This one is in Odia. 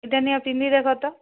ଏଇଟା ନିଅ ପିନ୍ଧି ଦେଖ ତ